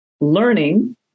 learning